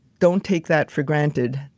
don't take that for granted.